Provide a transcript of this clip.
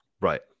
Right